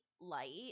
light